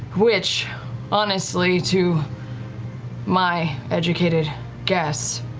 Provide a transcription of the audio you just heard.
which honestly, to my educated guess,